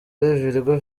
virgo